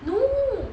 no